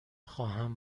خواهم